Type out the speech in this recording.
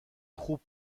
خوب